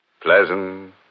Pleasant